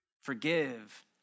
forgive